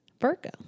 Virgo